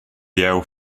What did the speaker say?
jeu